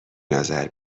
نظر